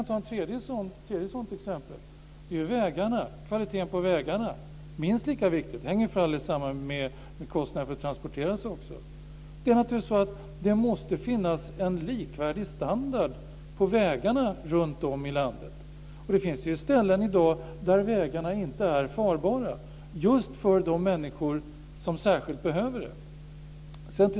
Ytterligare ett exempel är kvaliteten på vägarna. Detta är minst lika viktigt och hänger för all del samman med kostnaderna för att transportera sig. Det måste naturligtvis finnas en likvärdig standard på vägarna runtom i landet. Det finns ju ställen i dag där vägarna inte är farbara just för de människor som särskilt har det behovet.